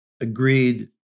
agreed